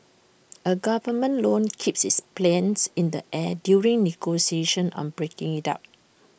A government loan keeps its planes in the air during negotiations on breaking IT up